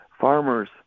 farmers